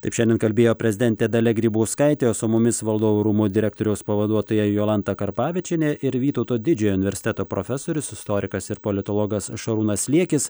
taip šiandien kalbėjo prezidentė dalia grybauskaitė o su mumis valdovų rūmų direktoriaus pavaduotoja jolanta karpavičienė ir vytauto didžiojo universiteto profesorius istorikas ir politologas šarūnas liekis